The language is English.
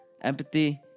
Empathy